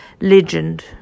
legend